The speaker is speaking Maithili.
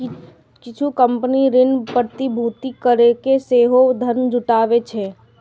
किछु कंपनी ऋण प्रतिभूति कैरके सेहो धन जुटाबै छै